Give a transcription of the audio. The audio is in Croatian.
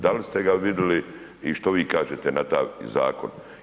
Da li ste ga vidjeli i što vi kažete na taj zakon?